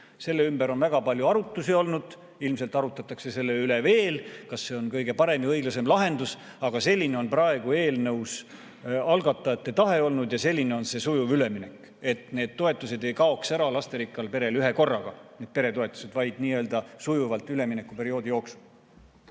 Selle ümber on väga palju arutlusi olnud, ilmselt arutatakse selle üle veel, kas see on kõige parem ja õiglasem lahendus, aga selline on praegu eelnõus algatajate tahe olnud ja selline on see sujuv üleminek, et need peretoetused ei kaoks ära lasterikkal perel ühekorraga, vaid nii-öelda sujuvalt üleminekuperioodi jooksul.